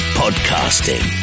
podcasting